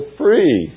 free